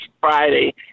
Friday